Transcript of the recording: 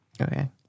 Okay